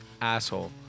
asshole